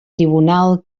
tribunal